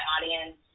audience